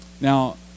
Now